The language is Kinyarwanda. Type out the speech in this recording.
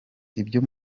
ibyo